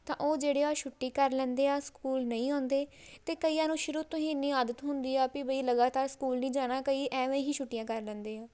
ਤਾਂ ਉਹ ਜਿਹੜੇ ਆ ਛੁੱਟੀ ਕਰ ਲੈਂਦੇ ਆ ਸਕੂਲ ਨਹੀਂ ਆਉਂਦੇ ਅਤੇ ਕਈਆਂ ਨੂੰ ਸ਼ੁਰੂ ਤੋਂ ਹੀ ਇੰਨੀ ਆਦਤ ਹੁੰਦੀ ਆ ਪੀ ਬਈ ਲਗਾਤਾਰ ਸਕੂਲ ਨਹੀਂ ਜਾਣਾ ਕਈ ਐਵੇਂ ਹੀ ਛੁੱਟੀਆਂ ਕਰ ਲੈਂਦੇ ਆ